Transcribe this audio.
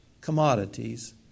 commodities